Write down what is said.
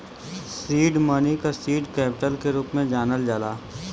seed money क seed capital के रूप में जानल जाला